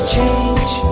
Change